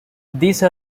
these